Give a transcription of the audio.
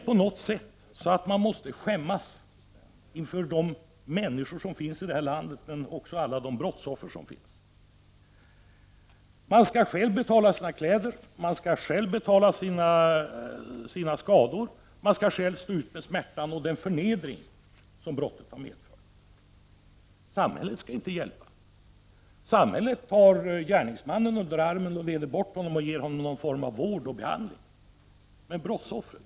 Det är så att jag skäms inför brottsoffren och andra i vårt land. Man skall ju själv betala sina kläder. Man skall själv betala för sina skador. Man skall själv stå ut med smärtan och den förnedring som man tillföljd av brottet upplever. Samhället skall inte hjälpa till. Nej, samhället tar gärningsmannen under armen, leder bort honom och ger honom någon form av vård eller behandling. Men hur är det då med brottsoffret?